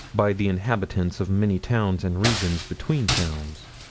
by the inhabitants of many towns and regions between towns.